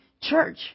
church